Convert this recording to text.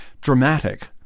dramatic